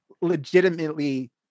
legitimately